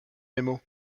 nemo